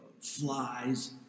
Flies